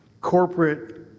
corporate